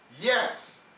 Yes